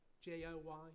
J-O-Y